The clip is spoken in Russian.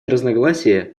разногласия